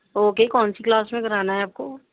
okay کونسی class میں کرانا ہے آپ کو